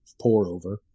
pour-over